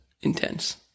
intense